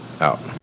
out